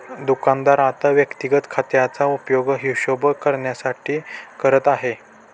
दुकानदार आता वैयक्तिक खात्याचा उपयोग हिशोब करण्यासाठी करत आहे